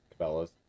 Cabela's